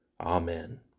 amen